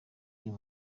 uyu